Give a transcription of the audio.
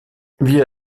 wir